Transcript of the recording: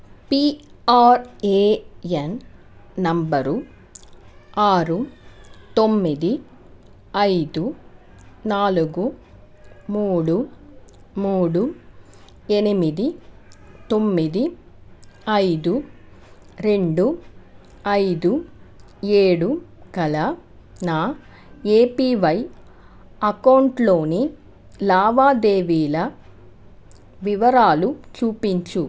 PRAN number ఆరు తొమ్మిది ఐదు నాలుగు మూడు మూడు ఎనిమిది తొమ్మిది ఐదు రెండు ఐదు ఏడు గల నా ఏపివై అకౌంటులోని లావాదేవీల వివరాలు చూపించు